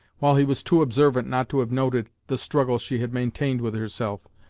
while he was too observant not to have noted the struggle she had maintained with herself,